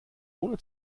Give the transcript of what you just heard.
ohne